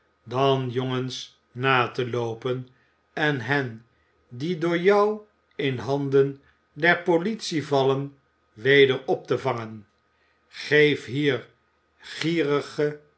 dan jongens na te loopen en hen die door jou in handen der politie vallen weder op te vangen geef hier